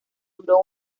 duro